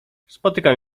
spotykam